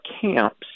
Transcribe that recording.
camps